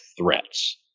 threats